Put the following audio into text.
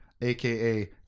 aka